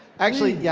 actually, yeah